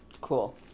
cool